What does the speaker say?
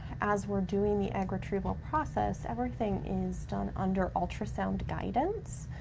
as we're doing the egg retrieval process, everything is done under ultrasound guidance.